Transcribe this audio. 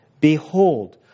Behold